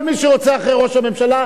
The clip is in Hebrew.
כל מי שרוצה אחרי ראש הממשלה,